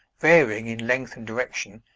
varying in length and direction,